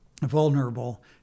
vulnerable